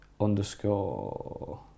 underscore